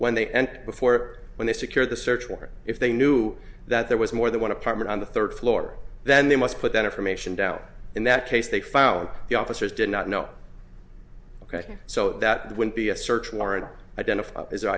when they entered before when they secured the search warrant if they knew that there was more than one apartment on the third floor then they must put that information down in that case they found the officers did not know ok so that would be a search warrant identif